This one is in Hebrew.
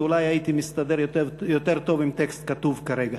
אולי הייתי מסתדר יותר טוב עם טקסט כתוב כרגע.